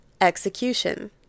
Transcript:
execution